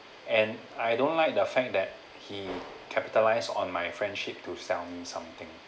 and I don't like the fact that he capitalised on my friendship to sell me something